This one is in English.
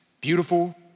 beautiful